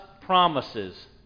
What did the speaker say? promises